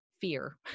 fear